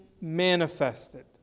manifested